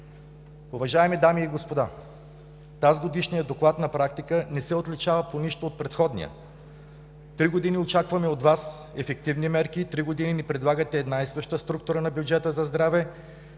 Уважаеми дами и господа, тазгодишният доклад на практика не се отличава по нищо от предходния. Три години очакваме от Вас ефективни мерки и три години ни предлагате една и съща структура на бюджета за здраве,